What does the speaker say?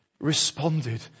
responded